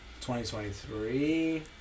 2023